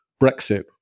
Brexit